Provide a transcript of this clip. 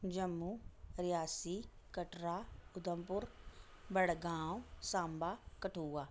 Jammu Riasi Katra Udhampur Badgaon Samba Kathua